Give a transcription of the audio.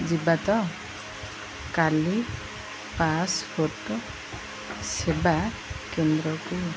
ଯିବା ତ କାଲି ପାସ୍ପୋର୍ଟ ସେବା କେନ୍ଦ୍ରକୁ